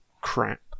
crap